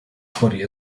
body